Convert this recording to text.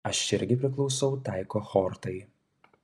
aš irgi priklausau tai kohortai